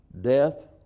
death